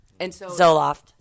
Zoloft